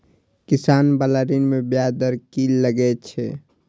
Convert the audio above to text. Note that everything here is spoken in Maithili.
किसान बाला ऋण में ब्याज दर कि लागै छै?